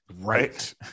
Right